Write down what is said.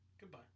Goodbye